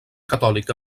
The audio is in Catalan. catòlica